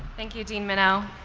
thank you dean minow.